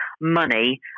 money